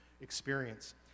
experience